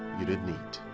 you didn't eat.